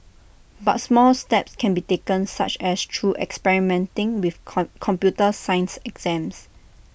but small steps can be taken such as through experimenting with computer science exams